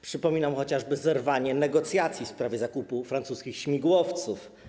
Przypominam chociażby zerwanie negocjacji w sprawie zakupu francuskich śmigłowców.